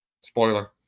Spoiler